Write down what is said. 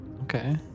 Okay